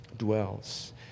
dwells